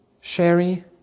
Sherry